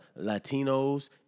Latinos